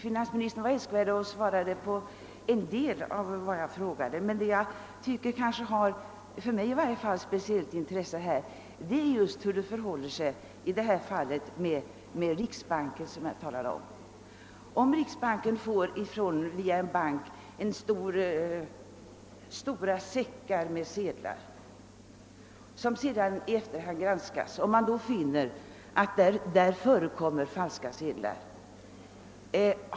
Finansministern hade älskvärdheten att svara på en del av vad jag har frågat om, men vad jag tycker är av speciellt intresse är hur det förhåller sig med riksbanken. Låt oss säga att riksbanken via en annan bank får stora säckar med sedlar som sedan i efterhand granskas och befinnes innehålla även falska sedlar.